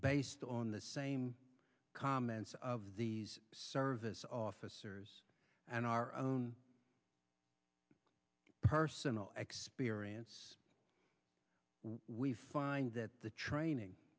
based on the same comments of these service officers and our own personal experience we find that the training